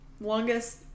Longest